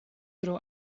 tro